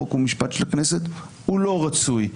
חוק ומשפט של הכנסת הוא לא רצוי.